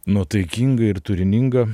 nuotaikinga ir turininga